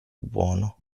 buono